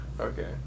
Okay